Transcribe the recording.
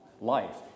Life